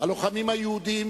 הלוחמים היהודים